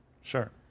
Sure